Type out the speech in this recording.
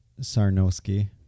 Sarnowski